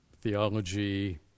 theology